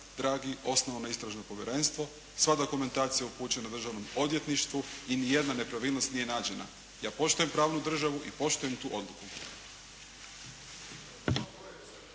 dragi osnovano je istražno povjerenstvo, sva dokumentacija upućena je državnom odvjetništvu i nijedna nepravilnost nije nađena. Ja poštujem pravnu državu i poštujem tu odluku.